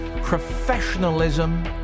Professionalism